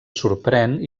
sorprèn